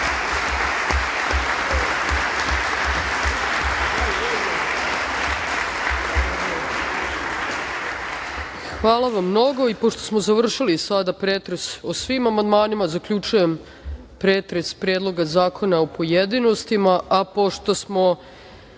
Hvala vam mnogo. Pošto smo završili sada pretres o svim amandmanima, zaključujem pretres Predloga zakona u pojedinostima. Pošto smo